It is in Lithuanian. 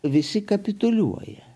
visi kapituliuoja